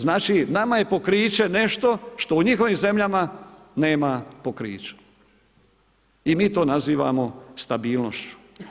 Znači nama je pokriće nešto što u njihovim zemljama nema pokriće i mi to nazivamo stabilnošću.